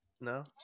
No